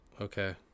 okay